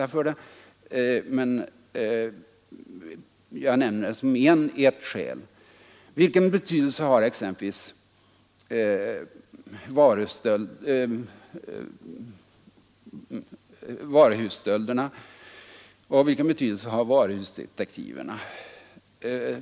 Jag nämner det bara som en av många orsaker till att brottsstatistiken gått i höjden. Vilken betydelse har t.ex. varuhusstölderna, och vilken betydelse har varuhusdetektiverna?